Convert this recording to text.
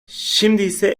şimdiyse